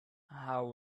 how